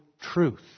truth